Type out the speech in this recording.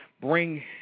bring